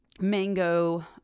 mango